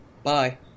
Bye